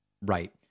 right